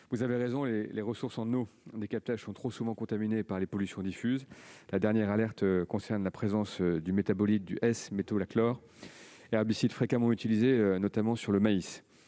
Vous avez raison, les ressources en eau des captages sont trop souvent contaminées par les pollutions diffuses. La dernière alerte concerne la présence du métabolite du S-métolachlore, herbicide fréquemment utilisé, notamment sur le maïs.